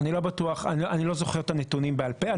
אני לא זוכר את הנתונים בעל פה.